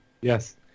Yes